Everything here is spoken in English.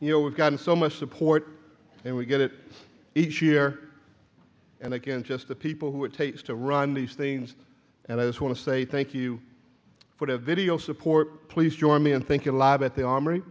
you know we've gotten so much support and we get it each year and again just the people who it takes to run these things and i just want to say thank you for the video support please your me and think you live at the arm